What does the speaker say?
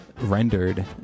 rendered